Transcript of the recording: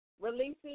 Releasing